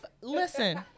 Listen